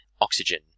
oxygen